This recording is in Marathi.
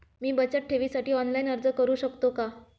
मी बचत ठेवीसाठी ऑनलाइन अर्ज करू शकतो का?